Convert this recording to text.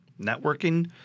networking